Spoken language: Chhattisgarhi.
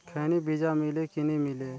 खैनी बिजा मिले कि नी मिले?